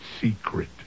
secret